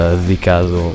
dedicado